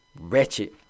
wretched